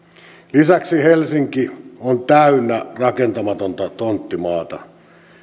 lisäksi helsinki on täynnä rakentamatonta tonttimaata